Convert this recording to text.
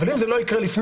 אבל אם זה לא יקרה לפני,